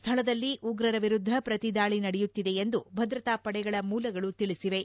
ಸ್ಟಳದಲ್ಲಿ ಉಗ್ರರ ವಿರುದ್ದ ಪ್ರತಿದಾಳಿ ನಡೆಯುತ್ತಿದೆ ಎಂದು ಭದ್ರತಾ ಪಡೆಗಳ ಮೂಲಗಳು ತಿಳಿಸಿವೆ